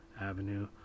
avenue